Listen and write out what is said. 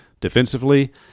Defensively